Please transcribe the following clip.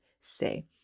say